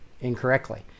Incorrectly